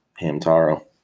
Hamtaro